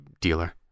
dealer